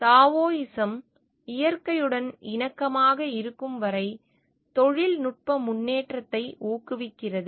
Taoism இயற்கையுடன் இணக்கமாக இருக்கும் வரை தொழில்நுட்ப முன்னேற்றத்தை ஊக்குவிக்கிறது